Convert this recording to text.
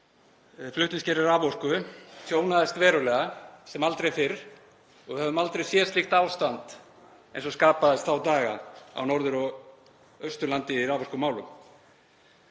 flutningskerfi raforku tjónaðist verulega og sem aldrei fyrr. Við höfum aldrei séð slíkt ástand eins og skapaðist þá daga á Norður- og Austurlandi í raforkumálum.